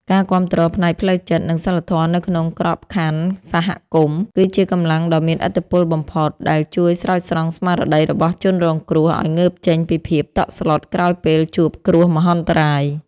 ការគាំទ្រផ្នែកផ្លូវចិត្ត និងសីលធម៌នៅក្នុងក្របខណ្ឌសហគមន៍ គឺជាកម្លាំងដ៏មានឥទ្ធិពលបំផុត ដែលជួយស្រោចស្រង់ស្មារតីរបស់ជនរងគ្រោះឱ្យងើបចេញពីភាពតក់ស្លុតក្រោយពេលជួបគ្រោះមហន្តរាយ។